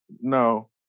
No